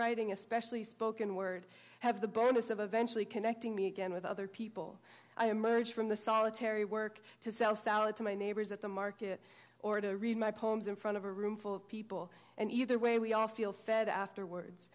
writing especially spoken word have the bonus of eventually connecting me again with other people i emerge from the solitary work to sell salad to my neighbors at the market or to read my poems in front of a room full of people and either way we all feel fed afterwards